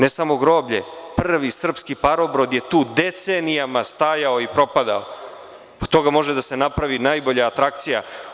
Ne samo groblje, prvi srpski parobrod tu je decenijama stajao i propadao, od toga može da se napravi najbolja atrakcija.